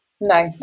No